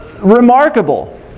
remarkable